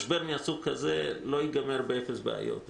משבר מהסוג הזה לא ייגמר באפס בעיות.